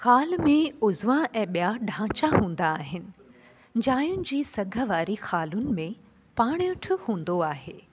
खाल में उज़वा ऐं ॿिया ढांचा हूंदा आहिनि जायुनि जी सघ वारी खालुनि में पाणियठ हूंदो आहे